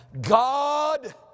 God